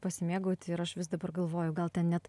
pasimėgauti ir aš vis dabar galvoju gal ten net